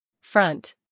front